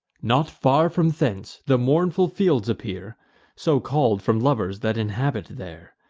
not far from thence, the mournful fields appear so call'd from lovers that inhabit there.